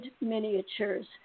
miniatures